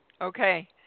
Okay